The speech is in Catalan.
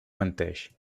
menteix